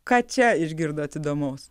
ką čia išgirdot įdomaus